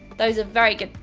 those are very good.